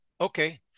Okay